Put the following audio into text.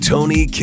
Tony